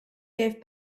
gave